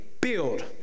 build